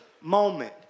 moment